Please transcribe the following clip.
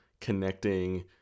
connecting